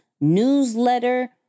newsletter